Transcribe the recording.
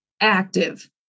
active